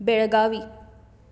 Belagavi